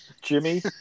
Jimmy